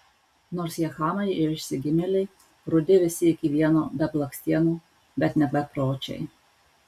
nors jie chamai ir išsigimėliai rudi visi iki vieno be blakstienų bet ne bepročiai